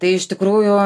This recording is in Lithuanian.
tai iš tikrųjų